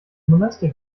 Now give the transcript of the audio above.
monastic